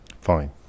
Fine